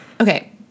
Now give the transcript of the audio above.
Okay